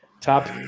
Top